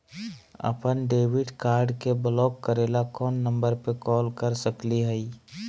अपन debit card के block करे ला कौन नंबर पे कॉल कर सकली हई?